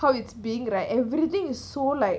how it's being right everything is so like